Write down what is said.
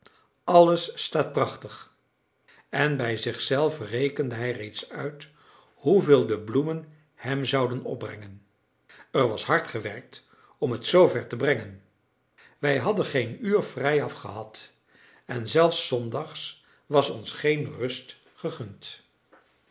alles staat prachtig en bij zichzelf rekende hij reeds uit hoeveel de bloemen hem zouden opbrengen er was hard gewerkt om het zoover te brengen wij hadden geen uur vrijaf gehad en zelfs zondags was ons geen rust gegund